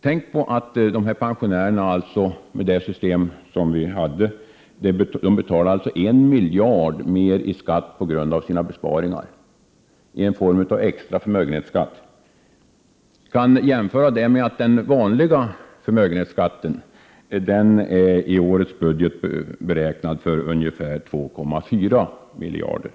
Tänk att dessa pensionärer alltså har, med det system som vi hade, betalat en miljard mer i skatt på grund av sina besparingar i form av en extra förmögenhetsskatt! Detta kan jämföras med att den vanliga förmögenhetsskatten i årets budget är beräknad till ungefär 2,4 miljarder.